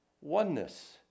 oneness